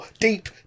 deep